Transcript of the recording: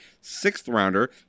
sixth-rounder